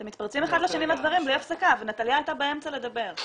אתם מתפרצים אחד לשני לדברים בלי הפסקה ונטליה הייתה באמצע לדבר.